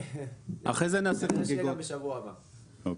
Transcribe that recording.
יש לי עוד ישיבה בשבוע הבא.